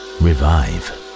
revive